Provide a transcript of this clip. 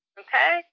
okay